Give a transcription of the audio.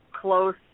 close